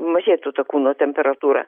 mažėtų ta kūno temperatūra